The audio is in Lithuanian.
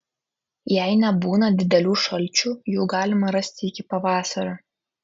jei nebūna didelių šalčių jų galima rasti iki pavasario